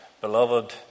beloved